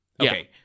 Okay